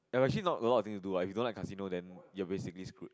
actually not a lot of things to do lah if you don't like casino then you're basically screwed